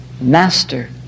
Master